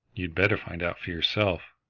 you'd better find out for yourself.